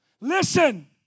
Listen